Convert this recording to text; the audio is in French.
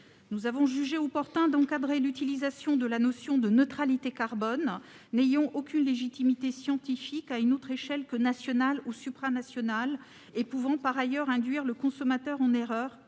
Nous avons jugé opportun d'encadrer l'utilisation de la notion de neutralité carbone, qui n'a aucune légitimité scientifique à une autre échelle que nationale ou supranationale et qui peut par ailleurs induire le consommateur en erreur,